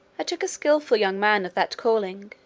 i took a skilful young man of that calling,